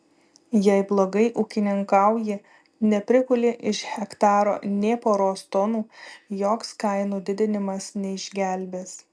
jei blogai ūkininkauji neprikuli iš hektaro nė poros tonų joks kainų didinimas neišgelbės